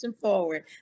forward